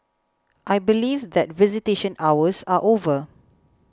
I believe that visitation hours are over